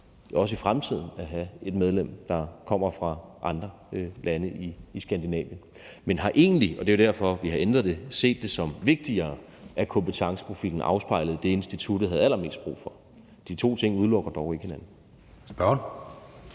også i fremtiden at have 1 medlem, der kommer fra et andet land i Skandinavien, men har egentlig, og det er jo derfor, vi har ændret det, set det som vigtigere, at kompetenceprofilen afspejlede det, instituttet havde allermest brug for. De to ting udelukker dog ikke hinanden. Kl.